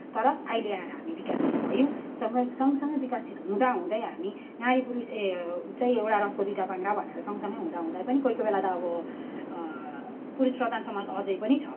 तर अहिले आएर हामी विकासित भयौँ सँगै सँगसँगै विकासित हुँदाहुँदै हामी नारी पुरुष एउटा रथको दुईवटा पाङ्ग्रा भनेर सँगसँगै हुँदाहुँदै पनि कोही कोहीबेला त अब पुरुष प्रधान समाज अझै पनि छ